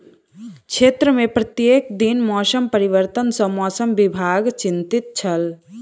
क्षेत्र में प्रत्येक दिन मौसम परिवर्तन सॅ मौसम विभाग चिंतित छल